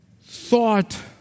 thought